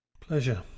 Pleasure